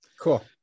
cool